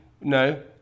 No